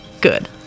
good